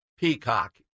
Peacock